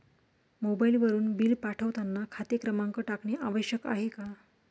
मोबाईलवरून बिल पाठवताना खाते क्रमांक टाकणे आवश्यक आहे का?